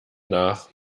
nach